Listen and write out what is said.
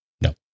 No